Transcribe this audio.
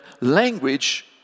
language